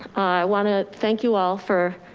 want to thank you all for